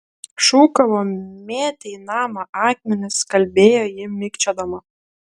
šūkavo mėtė į namą akmenis kalbėjo ji mikčiodama